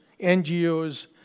NGOs